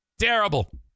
terrible